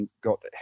got